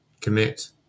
commit